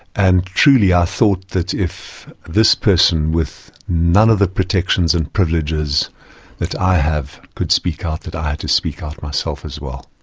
and truly i thought that if this person with none of the protections and privileges that i have could speak out, that i had to speak out myself as well.